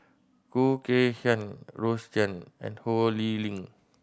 Khoo Kay Hian Rose Chan and Ho Lee Ling